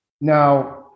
now